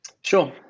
Sure